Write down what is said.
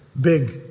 big